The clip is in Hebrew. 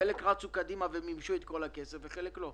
חלק רצו קדימה ומימשו את כל הכסף, חלק לא.